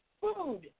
Food